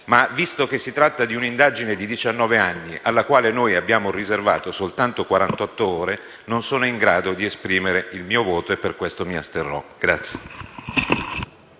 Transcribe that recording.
un voto - e si tratta di un'indagine di 19 anni, alla quale noi abbiamo riservato soltanto 48 ore, non sono in grado di esprimere il mio voto. Per questo dunque mi asterrò. Grazie.